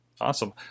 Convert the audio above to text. Awesome